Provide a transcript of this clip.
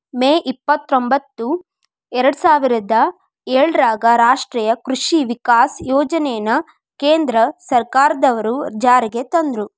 ಮೇ ಇಪ್ಪತ್ರೊಂಭತ್ತು ಎರ್ಡಸಾವಿರದ ಏಳರಾಗ ರಾಷ್ಟೇಯ ಕೃಷಿ ವಿಕಾಸ ಯೋಜನೆನ ಕೇಂದ್ರ ಸರ್ಕಾರದ್ವರು ಜಾರಿಗೆ ತಂದ್ರು